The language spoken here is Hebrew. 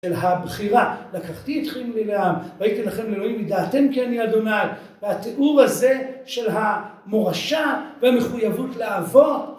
של הבחירה לקחתי אתכם לי לעם והייתי לכם לאלוהים וידעתם כי אני ה' והתיאור הזה של המורשה והמחויבות לעבור